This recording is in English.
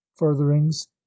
furtherings